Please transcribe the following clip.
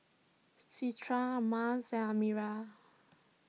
Citra Mas and Amirah